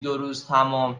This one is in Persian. دوروزتمام